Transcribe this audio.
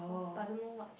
but I don't know what